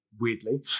Weirdly